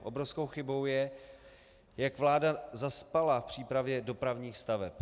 Obrovskou chybou je, jak vláda zaspala v přípravě dopravních staveb.